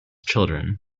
children